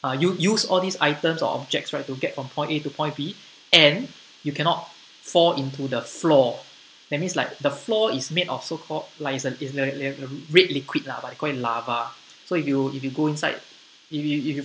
uh you use all these items or objects right to get from point A to point B and you cannot fall into the floor that means like the floor is made of so called like it's a is the re~ re~red liquid lah but they called it lava so if you if you go inside if you if you